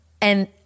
And-